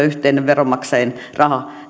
yhteinen veronmaksajien raha